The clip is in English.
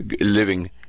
Living